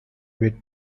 bit